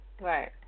Right